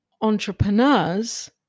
entrepreneurs